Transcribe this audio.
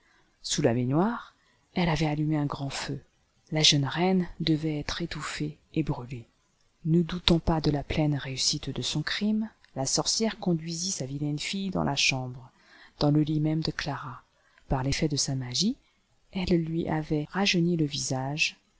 sous la baignoire elle avait allumé un grand feu la jeune reine devait être étouffée et brûlée ne doutant pas de la pleine réussite de son crime la sorcière conduisit sa vilaine fille dans la chambre dans le lit même de clara par l'effet de sa magie elle lui avait rajeuni le visage